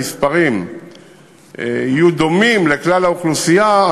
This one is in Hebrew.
המספרים יהיו דומים לכלל האוכלוסייה,